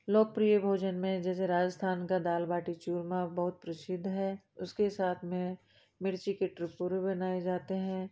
लोकप्रिय भोजन में जैसे राजस्थान का दाल बाटी चूरमा बहुत प्रसिद्ध है उसके साथ में मिर्ची के टिपोरे बनाए जाते हैं